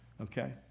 okay